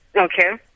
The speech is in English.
okay